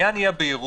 עניין אי הבהירות,